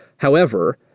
however,